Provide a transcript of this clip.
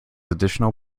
additional